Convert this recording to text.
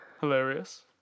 Hilarious